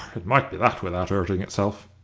it might be that without urting itself!